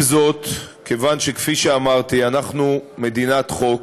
עם זאת, כפי שאמרתי, מכיוון שאנחנו מדינת חוק,